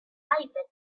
private